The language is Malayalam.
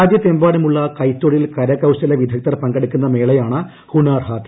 രാജ്യത്തെമ്പാടുമുള്ള കൈത്തൊഴിൽ കരകൌശല വിദ്ഗധർ പങ്കെടുക്കുന്ന മേളയാണ് ഹൂണാർ ഹാത്ത്